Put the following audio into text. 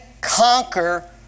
conquer